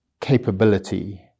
capability